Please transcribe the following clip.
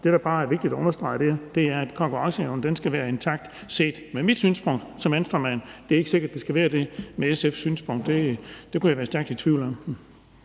Det, der bare er vigtigt at understrege, er, at konkurrenceevnen skal være intakt set fra mit synspunkt som Venstremand. Det er ikke sikkert, at det skal være det fra SF's synspunkt. Det kunne jeg være stærkt i tvivl om.